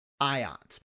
ions